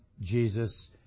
Jesus